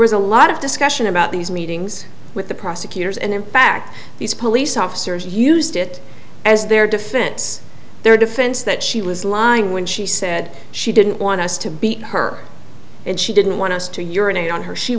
was a lot of discussion about these meetings with the prosecutors and in fact these police officers used it as their defense their defense that she was lying when she said she didn't want us to beat her and she didn't want us to urinate on her she